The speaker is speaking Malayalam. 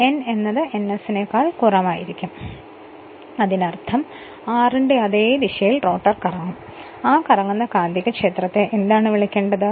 n എന്നത് ns നേക്കാൾ കുറവാണ് അതിനർത്ഥം r ന്റെ അതേ ദിശയിൽ റോട്ടർ കറങ്ങും ആ കറങ്ങുന്ന കാന്തികക്ഷേത്രത്തെ എന്താണ് വിളിക്കേണ്ടത്